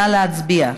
נא להצביע.